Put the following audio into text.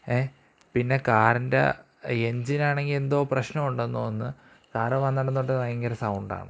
ങേ പിന്നെ കാറിൻ്റെ എൻജിനാണെങ്കില് എന്തോ പ്രശ്നമുണ്ടെന്ന് തോന്നുന്ന് കാര് പോവാൻ തൊട്ട് ഭയങ്കര സൗണ്ടാണ്